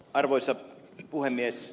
arvoisa puhemies